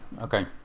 okay